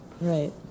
Right